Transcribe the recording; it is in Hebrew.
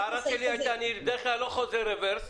ההערה שלי הייתה שאני בדרך כלל לא חוזר רברס,